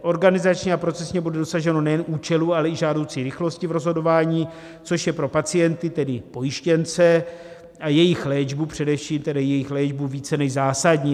Organizačně a procesně bude dosaženo nejen účelu, ale i žádoucí rychlosti v rozhodování, což je pro pacienty, tedy pojištěnce a jejich léčbu, především jejich léčbu, více než zásadní.